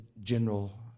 general